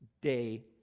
day